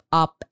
up